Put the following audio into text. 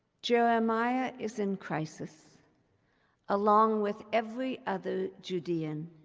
jeremiah is in crisis along with every other judean,